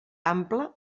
ample